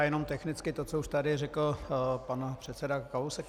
Jenom technicky to, co už tady řekl pan předseda Kalousek.